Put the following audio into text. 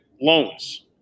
loans